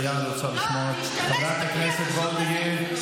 המליאה רוצה לשמוע את חברת הכנסת וולדיגר.